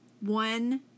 one